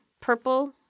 purple